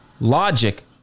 logic